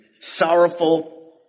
sorrowful